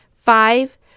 Five